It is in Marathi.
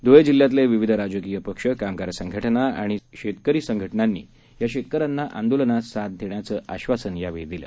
ध्ळेजिल्ह्यातलेविविधराजकीयपक्ष कामगारसंघटना आणिशेतकरीसंघटनांनीयाशेतकऱ्यांनाआंदोलनातसाथदेण्याचंआश्वासनयावेळीदिलं